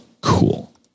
Cool